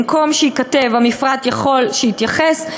שבמקום שייכתב "המפרט יכול שיתייחס",